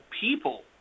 people